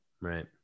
right